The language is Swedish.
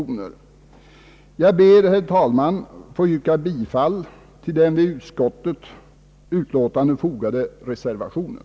Jag ber, herr talman, att få yrka bifall till den vid utskottets utlåtande fogade reservationen.